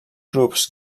grups